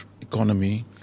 economy